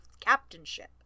captainship